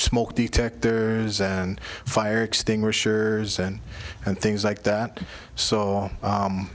smoke detectors and fire extinguishers and things like that so